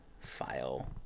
file